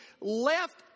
left